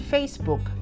Facebook